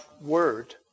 word